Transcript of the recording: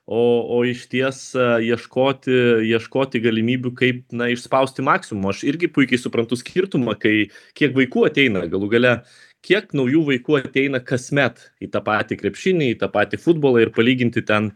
o o išties ieškoti ieškoti galimybių kaip išspausti maksimumą aš irgi puikiai suprantu skirtumą kai kiek vaikų ateina galų gale kiek naujų vaikų ateina kasmet į tą patį krepšinį į tą patį futbolą ir palyginti ten